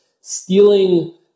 stealing